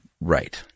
Right